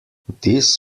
this